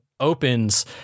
opens